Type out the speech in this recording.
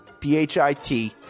P-H-I-T